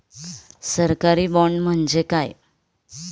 सरकारी बाँड म्हणजे काय?